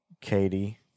Katie